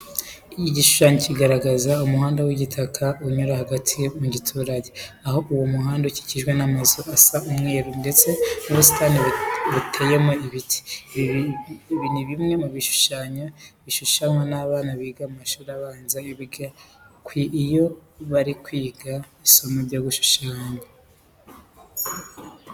Igishushanyo kigaragaza umuhanda w'igitaka unyura hagati mu giturage, aho uwo muhanda ukikijwe n'amazu asa umweru ndetse n'ubusitani biteyemo ibiti. Ibi ni bimwe mu bishushanyo bishushanwa n'abana biga mu mashuri abanza iyo bari kwiga isomo ryo gushushanya.